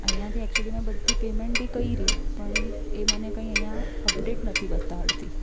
અહીંયાથી એકચુલી મેં બધી પેમેન્ટ બી કરી પણ એ મને કંઈ અહીંયા અપડેટ નથી બતાવતી